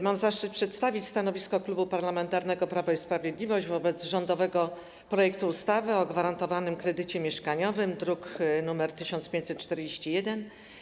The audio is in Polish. Mam zaszczyt przedstawić stanowisko Klubu Parlamentarnego Prawo i Sprawiedliwość wobec rządowego projektu ustawy o gwarantowanym kredycie mieszkaniowym, druk nr 1541.